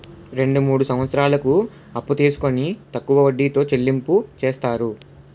రెండు మూడు సంవత్సరాలకు అప్పు తీసుకొని తక్కువ వడ్డీతో చెల్లింపు చేస్తారు